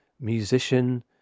musician